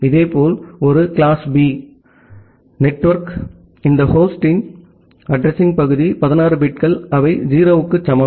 இதேபோல் ஒரு class B network இந்த ஹோஸ்ட் அட்ரஸிங்பகுதி 16 பிட்கள் அவை 0 க்கு சமம்